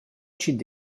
chi’d